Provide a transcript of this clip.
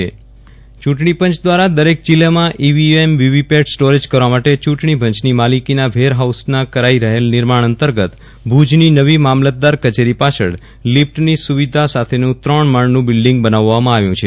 વિરલ રાણા ચૂંટણીપંચ દ્વારા દરેક જિલ્લામાં ઇવીએમ વીવીપેટ સ્ટોરેજ કરવા માટે ચૂંટણીપંચની માલિકીના વેરફાઉસના કરાઇ રફેલાનિર્માણ અંતર્ગત ભુજની નવી મામલતદાર કચેરી પાછળ લીફટની સુવિધા સાથેનું ત્રણમાળનું બિલ્ડીંગ બનાવવામાં આવ્યું છે